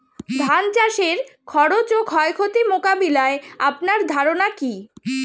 ধান চাষের খরচ ও ক্ষয়ক্ষতি মোকাবিলায় আপনার ধারণা কী?